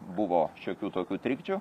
buvo šiokių tokių trikdžių